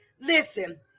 listen